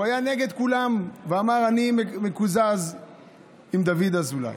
הוא היה נגד כולם ואמר: אני מקוזז עם דוד אזולאי.